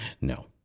No